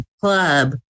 club